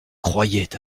croyait